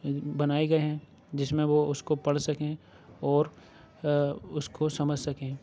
بنائے گئے ہیں جس میں وہ اُس کو پڑھ سکیں اور اُس کو سمجھ سکیں